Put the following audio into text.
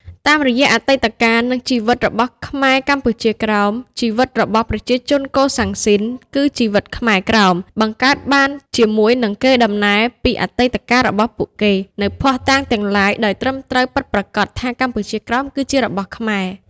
តាមរយៈអតីតកាល និងជីវិតរបស់ខ្មែរកម្ពុជាក្រោម ជីវិតរបស់ប្រជាជនកូសាំងស៊ីន គឺជីវិតខ្មែរក្រោម បង្កើតបានជាមួយនិងកេរដំណែលពីអតីតកាលរបស់ពួកគេ នូវភស្តុតាងទាំងឡាយដោយត្រឹមត្រូវពិតប្រាកដថា កម្ពុជាក្រោម គឺជារបស់ខ្មែរ ។